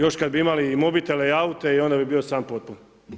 Još kad bi imali i mobitele i aute, onda bi bio san potpun.